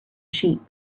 sheep